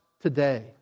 today